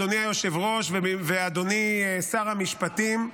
אדוני היושב-ראש ואדוני שר המשפטים,